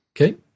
Okay